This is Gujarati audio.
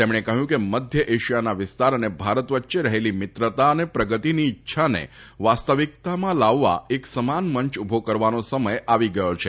તેમણે કહ્યું કે મધ્ય એશિયાના વિસ્તાર અને ભારત વચ્ચે રહેલી મિત્રતા અને પ્રગતિની ઈચ્છાને વાસ્તવિકતામાં લાવવા એક સમાન મંચ ઉભો કરવાનો સમય આવી ગયો છે